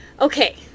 okay